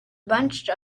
bunched